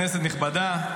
כנסת נכבדה,